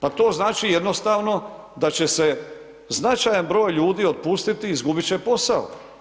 Pa to znači jednostavno da će se značajan broj ljudi otpustiti, izgubit će posao.